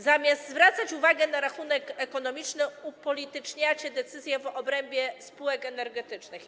Zamiast zwracać uwagę na rachunek ekonomiczny, upolityczniacie decyzję w obrębie spółek energetycznych.